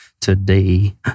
Today